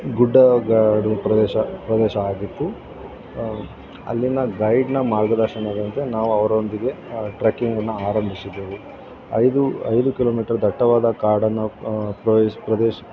ಗುಡ್ಡಗಾಡು ಪ್ರದೇಶ ಪ್ರದೇಶ ಆಗಿತ್ತು ಅಲ್ಲಿನ ಗೈಡ್ನ ಮಾರ್ಗದರ್ಶನದಂತೆ ನಾವು ಅವರೊಂದಿಗೆ ಟ್ರಕ್ಕಿಂಗ್ನ್ನು ಆರಂಭಿಸಿದೆವು ಐದು ಐದು ಕಿಲೋಮೀಟರ್ ದಟ್ಟವಾದ ಕಾಡನ್ನು ಪ್ರವೇಶ ಪ್ರದೇಶ